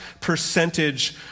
percentage